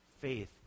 faith